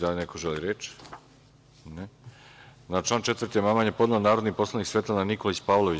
Da li neko želi reč? (Ne.) Na član 4. amandman je podnela narodni poslanik Svetlana Nikolić Pavlović.